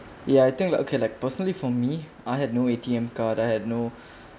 ya I think like okay like personally for me I had no A_T_M card I had no